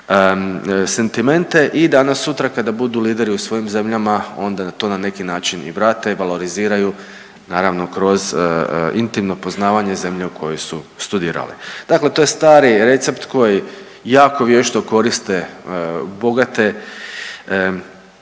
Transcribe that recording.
sentimente i danas sutra kada budu lideri u svojim zemljama onda to na neki način i vrate, valoriziraju naravno kroz intimno poznavanje zemlje u kojoj su studirali. Dakle, to je stari recept koji jako vješto koriste bogate